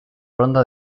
ronda